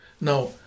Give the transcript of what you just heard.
Now